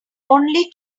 only